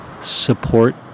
support